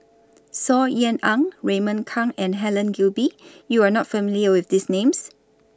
Saw Ean Ang Raymond Kang and Helen Gilbey YOU Are not familiar with These Names